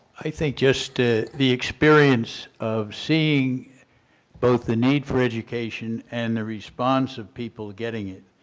i think just ah the experience of seeing both the need for education and the response of people getting it.